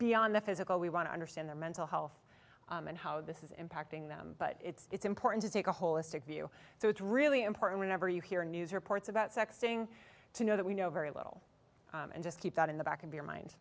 beyond the physical we want to understand their mental health and how this is impacting them but it's important to take a holistic view so it's really important when ever you hear news reports about sexting to know that we know very little and just keep that in the back of your mind